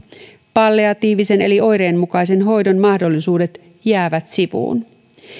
palliatiivisen eli oireenmukaisen hoidon mahdollisuudet jäävät sivuun